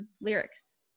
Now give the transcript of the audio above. lyrics